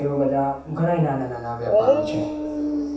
એવા બધા ઘણાય નાના નાના વેપારો છે